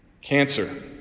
Cancer